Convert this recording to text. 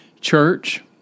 church